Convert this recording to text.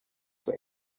were